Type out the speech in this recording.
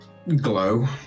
glow